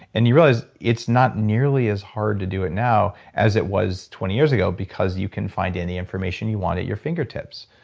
and you realize it's not nearly as hard to do it now as it was twenty years ago because you can find any information you want at your fingertips.